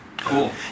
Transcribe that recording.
cool